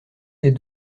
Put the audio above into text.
des